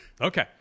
Okay